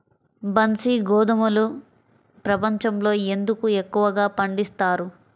బన్సీ గోధుమను ప్రపంచంలో ఎందుకు ఎక్కువగా పండిస్తారు?